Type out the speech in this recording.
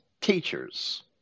teachers